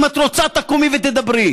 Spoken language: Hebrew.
אם את רוצה, תקומי ותדברי.